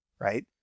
right